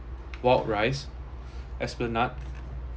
walrus esplanade